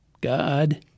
God